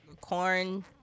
corn